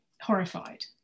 horrified